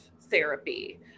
therapy